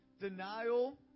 Denial